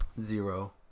Zero